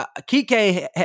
kike